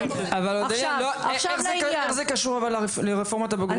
אבל, אודליה, איך זה קשור לרפורמת הבגרויות?